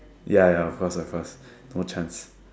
ya ya of course of course no chance